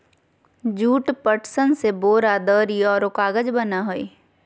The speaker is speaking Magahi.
जूट, पटसन से बोरा, दरी औरो कागज बना हइ